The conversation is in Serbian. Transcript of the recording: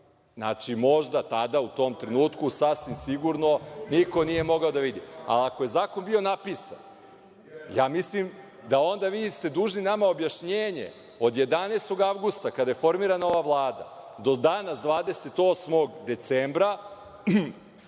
Možda tada u tom trenutku sasvim sigurno niko nije mogao da vidi. Ali, ako je zakon bio napisan, mislim da ste onda nama dužni objašnjenje od 11. avgusta kada je formirana ova Vlada, do danas 28. decembra